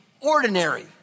ordinary